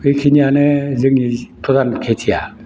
बेखिनियानो जोंनि गोरान खेथिया